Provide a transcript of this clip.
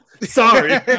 Sorry